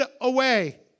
away